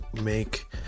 make